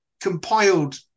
compiled